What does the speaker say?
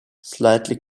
slightly